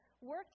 work